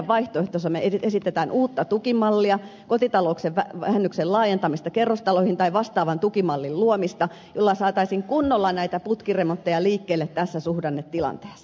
meidän vaihtoehdossamme esitetään uutta tukimallia kotitalousvähennyksen laajentamista kerrostaloihin tai vastaavan tukimallin luomista jolla saataisiin kunnolla näitä putkiremontteja liikkeelle tässä suhdannetilanteessa